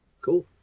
Cool